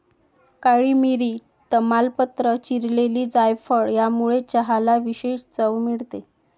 काळी मिरी, तमालपत्र, चिरलेली जायफळ यामुळे चहाला विशेष चव मिळते